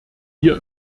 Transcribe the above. hier